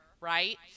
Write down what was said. right